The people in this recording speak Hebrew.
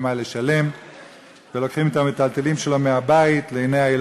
שבדרך כלל אין לו ממה לשלם,